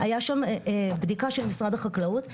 היה שם בדיקה של משרד החקלאות,